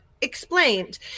explained